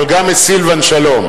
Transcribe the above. אבל גם את סילבן שלום.